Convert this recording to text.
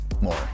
more